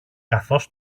καθώς